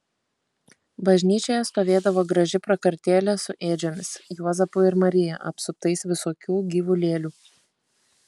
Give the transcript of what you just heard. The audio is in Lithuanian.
bažnyčioje stovėdavo graži prakartėlė su ėdžiomis juozapu ir marija apsuptais visokių gyvulėlių